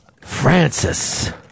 Francis